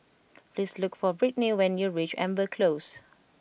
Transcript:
please look for Britni when you reach Amber Close